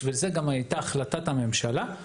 בשביל זה גם הייתה החלטת הממשלה.